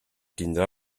tindrà